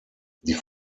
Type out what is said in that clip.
die